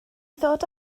ddod